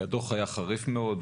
הדוח היה חריף מאוד.